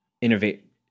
innovate